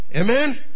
Amen